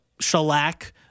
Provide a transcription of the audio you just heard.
shellac